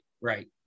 right